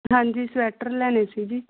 ਹਾਂਜੀ ਸਵੈਟਰ ਲੈਣੇ ਸੀ ਜੀ